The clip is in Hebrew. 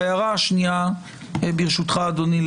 ההערה השנייה לסדר, ברשותך אדוני.